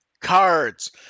cards